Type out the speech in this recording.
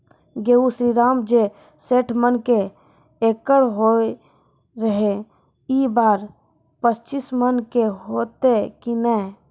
गेहूँ श्रीराम जे सैठ मन के एकरऽ होय रहे ई बार पचीस मन के होते कि नेय?